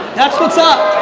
that's what's up.